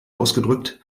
ausgedrückt